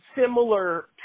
similar